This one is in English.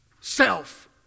Self